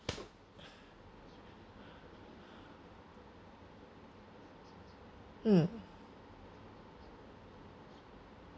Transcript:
mm